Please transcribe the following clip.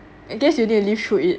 I guess you didn't lived through it